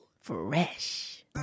Fresh